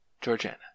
Georgiana